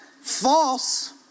false